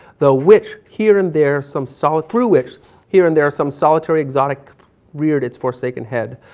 though which here and there some, so through which here and there, some solitary, exotic reared it's forsaken head.